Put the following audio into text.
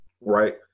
right